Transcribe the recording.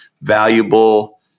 valuable